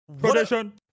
Tradition